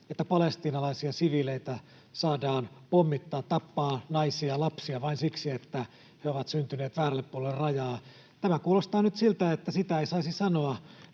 että palestiinalaisia siviileitä saadaan pommittaa, tappaa naisia ja lapsia vain siksi, että he ovat syntyneet väärälle puolelle rajaa. Tämä kuulostaa nyt siltä, että sitä ei saisi sanoa.